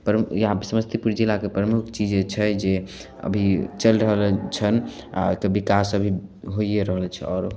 प्रम यहाँ समस्तीपुर जिलाके प्रमुख चीज छै जे अभी चलि रहल छनि आ विकास अभी होइए रहल छै आओरो